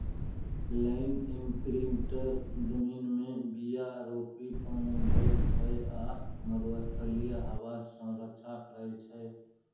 land imprinter जमीनमे बीया रोपि पानि दैत छै आ मरुस्थलीय हबा सँ रक्षा करै छै